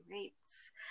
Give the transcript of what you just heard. rates